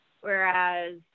whereas